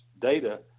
data